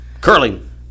curling